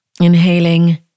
Inhaling